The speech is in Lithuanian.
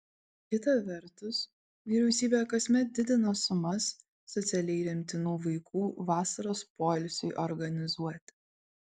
kita vertus vyriausybė kasmet didina sumas socialiai remtinų vaikų vasaros poilsiui organizuoti